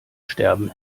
sterben